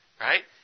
Right